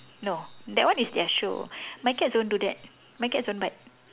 no that one is their show my cats don't do that my cats don't bite